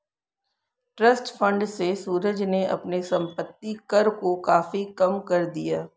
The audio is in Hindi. ट्रस्ट फण्ड से सूरज ने अपने संपत्ति कर को काफी कम कर दिया